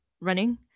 running